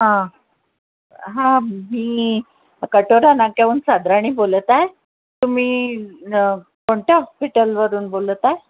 हां हां मी कटोरा नाक्याहून सदराणी बोलत आहे तुम्ही कोणत्या हॉस्पिटलमधून बोलत आहे